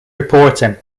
reporting